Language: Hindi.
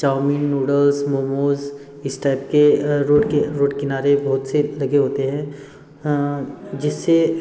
चाउमिन नूडल्स मोमोज़ इस टाइप के रोड के रोड किनारे बहुत से लगे होते हैं जिससे